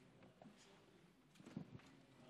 אתה יודע שאני אוהב אותך ומכבד אותך הרבה מאוד שנים.